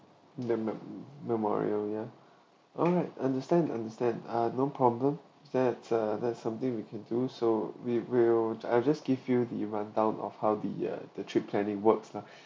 me~ me~ memorial ya alright understand understand ah no problem that's uh that's something we can do so we will I just give you the rundown of how the uh the trip planning works lah